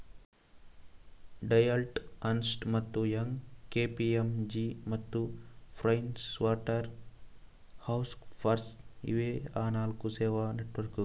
Deloitte, Ernst ಮತ್ತು Young, KPMG ಮತ್ತು PricewaterhouseCoopers ಇವೇ ಆ ನಾಲ್ಕು ಸೇವಾ ನೆಟ್ವರ್ಕ್ಕುಗಳು